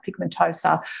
pigmentosa